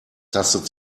tastet